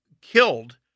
killed